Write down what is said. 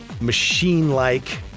machine-like